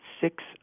six